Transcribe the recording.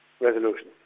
Resolution